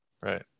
Right